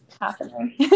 happening